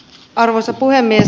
arvoisa puhemies